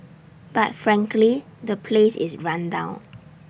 but frankly the place is run down